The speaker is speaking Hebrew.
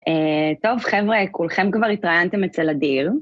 טוב חבר'ה, כולכם כבר התראיינתם אצל אדיר